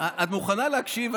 את מוכנה להקשיב?